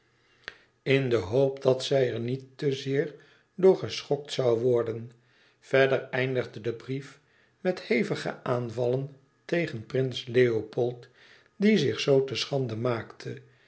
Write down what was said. in de hoop dat zij er niet te zeer door geschokt zoû worden verder eindigde de brief met hevige aanvallen tegen prins leopold die zich zoo te schande maakte